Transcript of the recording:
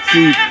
See